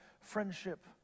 friendship